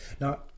now